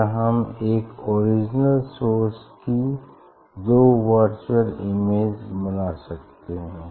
या हम एक ओरिजिनल सोर्स की दो वर्चुअल इमेज बना सकते है